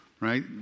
Right